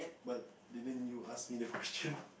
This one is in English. but didn't you ask me the question